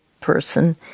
person